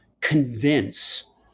convince